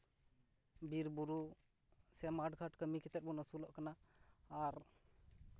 ᱵᱤᱨ ᱵᱩᱨᱩ ᱥᱮ ᱢᱟᱴᱷ ᱜᱷᱟᱴ ᱠᱟᱹᱢᱤ ᱠᱟᱛᱮᱫ ᱵᱚᱱ ᱟᱹᱥᱩᱞᱚᱜ ᱠᱟᱱᱟ ᱟᱨ